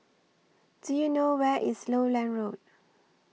Do YOU know Where IS Lowland Road